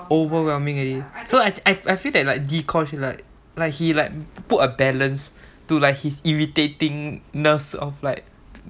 overwhelming already so I I I feel that like dee kosh is like he like put a balance to like his irritatingness of like